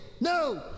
No